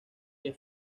que